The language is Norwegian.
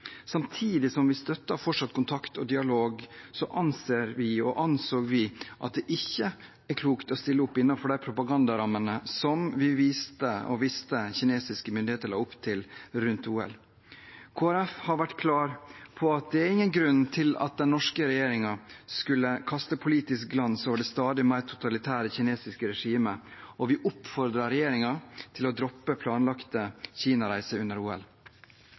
Samtidig som vi støtter fortsatt kontakt og dialog, anser og anså vi at det ikke er klokt å stille opp innenfor de propaganda-rammene som vi visste at kinesiske myndigheter la opp til rundt OL. Kristelig Folkeparti har vært klar på at det ikke var noen grunn til at den norske regjeringen skulle kaste politisk glans over det stadig mer totalitære kinesiske regimet, og vi oppfordret regjeringen til å droppe planlagte Kina-reiser under OL.